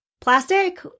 plastic